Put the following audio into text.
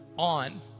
On